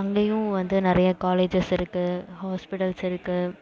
அங்கேயும் வந்து நிறைய காலேஜஸ் இருக்குது ஹாஸ்பிட்டல்ஸ் இருக்குது